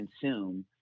consume